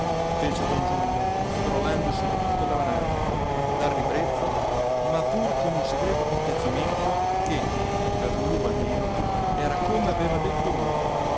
fece don giulio scrollandosi tutto dalla nausea dal ribrezzo ma pur con un segreto compiacimento che per lulù almeno era come aveva detto lui